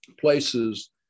places